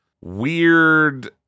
weird